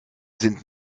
sind